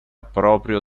proprio